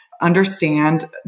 understand